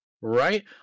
Right